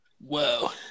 Whoa